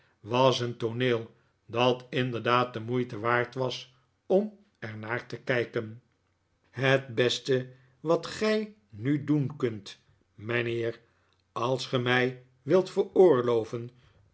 was een tooneel dat inderdaad de moeite waard was om er naar te kijken het beste wat gij nu doen kunt mijnheer als ge mij wilt veroorloven